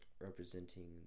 representing